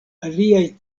aliaj